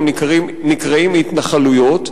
הם נקראים התנחלויות.